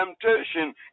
temptation